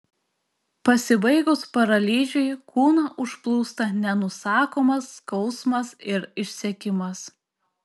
pasibaigus paralyžiui kūną užplūsta nenusakomas skausmas ir išsekimas